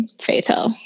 fatal